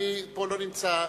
אני פה לא נמצא,